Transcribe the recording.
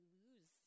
lose